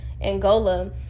Angola